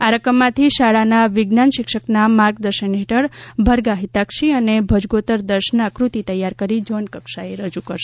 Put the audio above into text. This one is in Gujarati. આ રકમમાંથી શાળાના વિજ્ઞાન શિક્ષક ના માર્ગદર્શન હેઠળ ભરગા હિતાક્ષી અને ભજગોતર દર્શના કૃતિ તૈયાર કરી ઝોન કક્ષાએ રજુ કરશે